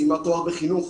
סיימה תואר בחינוך,